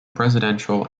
presidential